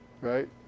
Right